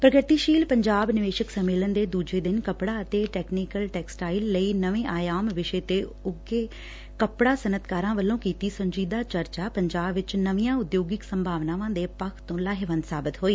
ਪ੍ਰਗਤੀਸ਼ੀਲ ਪੰਜਾਬ ਨਿਵੇਸ਼ਕ ਸੰਮੇਲਨ ਦੇ ਦੂਜੇ ਦਿਨ ਕੱਪੜਾ ਅਤੇ ਟੈਕਨੀਕਲ ਟੈਕਸਟਾਈਲ ਲਈ ਨਵੇ ਆਯਾਮ ਵਿਸ਼ੇ ਤੇ ਉਘੇ ਕੱਪੜਾ ਸੱਨਅਤਕਾਰਾਂ ਵੱਲੋ ਕੀਤੀ ਸੰਜੀਦਾ ਚਰਚਾ ਪੰਜਾਬ ਵਿਚ ਨਵੀਆਂ ਉਦਯੋਗਿਕ ਸੰਭਾਵਨਾਵਾਂ ਦੇ ਪੱਥ ਤੋਂ ਲਾਹੇਵੰਦ ਸਾਬਤ ਹੋਈ